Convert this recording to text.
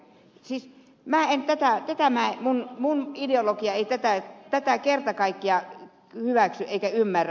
siis tätä minun ideologiani ei kerta kaikkiaan hyväksy eikä ymmärrä